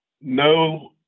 No